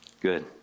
Good